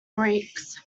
greeks